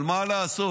אבל מה לעשות